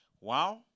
Wow